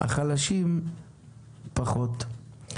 החלשים פחות.